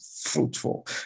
fruitful